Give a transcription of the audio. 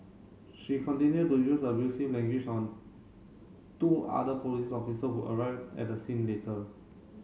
she continued to use abusive language on two other police officer who arrived at the scene later